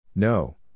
No